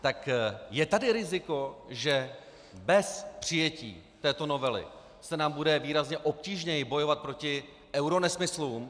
Tak je tady riziko, že bez přijetí této novely se nám bude výrazně obtížněji bojovat proti euronesmyslům.